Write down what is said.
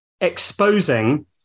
exposing